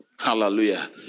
Hallelujah